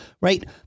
Right